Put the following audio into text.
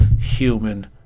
human